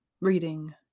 reading